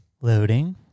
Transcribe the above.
Loading